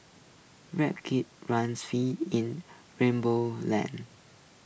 Rip Kitty run free in rainbow land